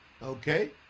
Okay